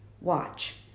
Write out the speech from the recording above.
Watch